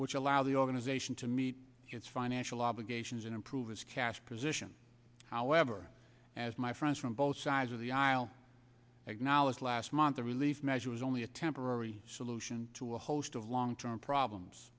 which allow the organization to meet its financial obligations and improve its cash position however as my friends from both sides of the aisle acknowledged last month the relief measure was only a temporary solution to a host of long term problems